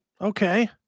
Okay